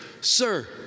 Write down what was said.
sir